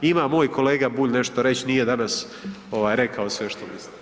Ima moj kolega Bulj nešto reći, nije danas rekao sve što misli.